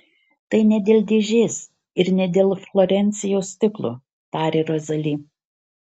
tai ne dėl dėžės ir ne dėl florencijos stiklo tarė rozali